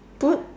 put